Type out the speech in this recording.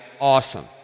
Awesome